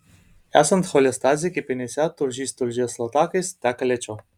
esant cholestazei kepenyse tulžis tulžies latakais teka lėčiau